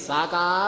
Saka